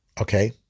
Okay